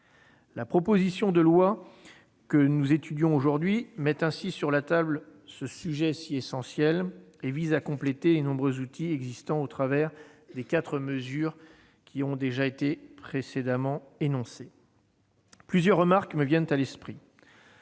La proposition de loi que nous étudions aujourd'hui met ainsi sur la table ce sujet essentiel et vise à compléter les nombreux outils existants au travers de quatre mesures énoncées précédemment. Plusieurs remarques me viennent à l'esprit.